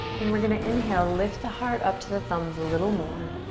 then we're gonna inhale, lift the heart up to the thumbs a little more.